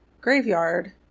graveyard